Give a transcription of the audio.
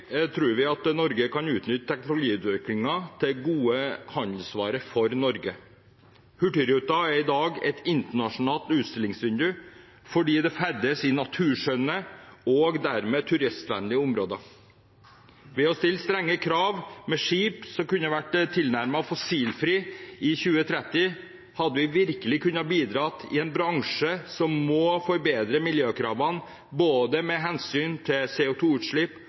vi at Norge kan utnytte teknologiutviklingen til gode handelsvarer for Norge. Hurtigruta er i dag et internasjonalt utstillingsvindu fordi den ferdes i naturskjønne og dermed turistvennlige områder. Ved å stille strenge krav – med skip som kunne vært tilnærmet fossilfri i 2030 – hadde vi virkelig kunne bidratt i en bransje som må forbedre miljøkravene med hensyn til